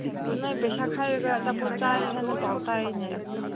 ꯑꯣ ꯅꯣꯏ ꯄꯩꯁꯥ ꯈꯥꯏꯔꯒ ꯑꯆꯥꯄꯣꯠ ꯆꯥꯏ ꯍꯥꯏꯅ ꯄꯥꯎ ꯇꯥꯏꯅꯦ